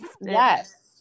Yes